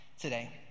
today